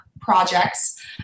projects